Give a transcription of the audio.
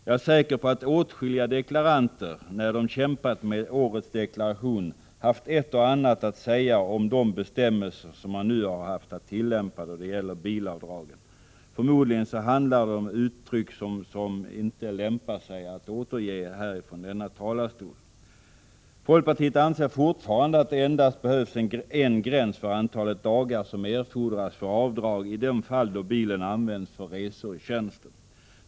Jag är säker på att åtskilliga deklaranter när de har kämpat med årets deklaration har haft ett och annat att säga om de bestämmelser som man nu haft att tillämpa då det gäller bilavdragen. Förmodligen handlar det om uttryck som inte lämpar sig för att återges från denna talarstol. Folkpartiet anser fortfarande att det behövs endast en gräns för antalet dagar som erfordras för avdrag i de fall då bilen använts för resor i tjänsten.